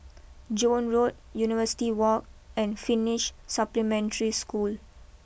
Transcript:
Joan Road University walk and Finish Supplementary School